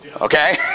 Okay